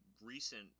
recent